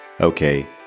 Okay